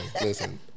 listen